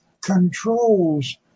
controls